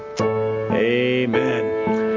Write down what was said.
Amen